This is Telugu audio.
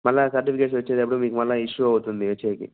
మళ్ళీ సర్టిఫికెట్స్ వచ్చేటప్పుడు మీకు మళ్ళీ ఇష్యూ అవుతుంది ఇచ్చేకి